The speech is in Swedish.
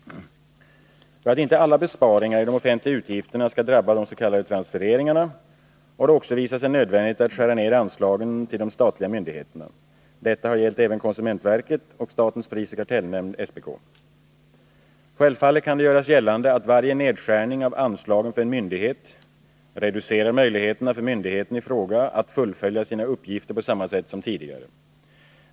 För att inte alla besparingar i de offentliga utgifterna skall drabba de s.k. transfereringarna har det också visat sig nödvändigt att skära ned anslagen till de statliga myndigheterna. Detta har gällt även konsumentverket och statens prisoch kartellnämnd . Självfallet kan det göras gällande att varje nedskärning av anslagen för en myndighet reducerar möjligheterna för myndigheten i fråga att fullfölja sina uppgifter på samma sätt som tidigare.